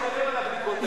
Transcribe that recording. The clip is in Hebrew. מי משלם על הבדיקות האלה?